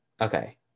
Okay